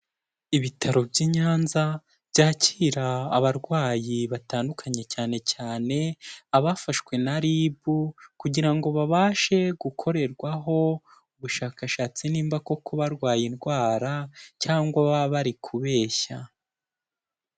Ibitaro by'i Nyanza byakira abarwayi batandukanye cyane cyane abafashwe na RIB kugira ngo babashe gukorerwaho ubushakashatsi nimba koko barwaye indwara cyangwa baba bari kubeshya.